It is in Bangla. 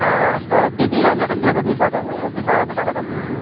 হ্যাঁ আড়াইশো টাকা কেজি আমি একটা ছেলেকে দিয়ে পাঠাবো আপনি তার হাতে টাকাটা দিয়ে দেবেন